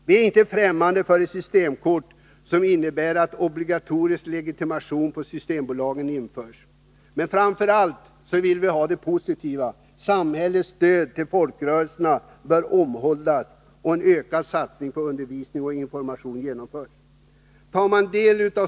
Vi är inte främmande för ett systemkort som innebär att obligatorisk legitimation på Systembolaget införes. Men framför allt vill vi ha positiva åtgärder: Samhällets stöd till folkrörelserna bör omhuldas och en ökad satsning på undervisning och information genomföras.